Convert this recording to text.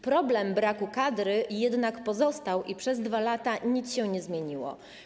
Problem braku kadry jednak pozostał i przez 2 lata nic się nie zmieniło.